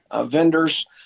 vendors